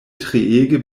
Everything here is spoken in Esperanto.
treege